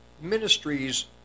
ministries